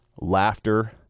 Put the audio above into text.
laughter